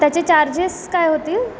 त्याचे चार्जेस काय होतील